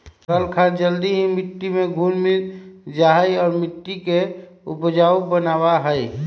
तरल खाद जल्दी ही मिट्टी में घुल मिल जाहई और मिट्टी के उपजाऊ बनावा हई